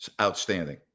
outstanding